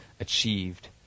achieved